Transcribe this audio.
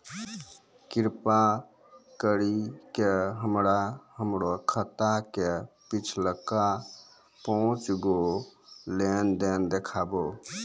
कृपा करि के हमरा हमरो खाता के पिछलका पांच गो लेन देन देखाबो